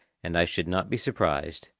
and i should not be surprised,